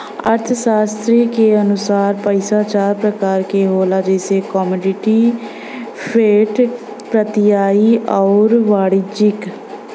अर्थशास्त्री के अनुसार पइसा चार प्रकार क होला जइसे कमोडिटी, फिएट, प्रत्ययी आउर वाणिज्यिक